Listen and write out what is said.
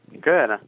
Good